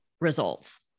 results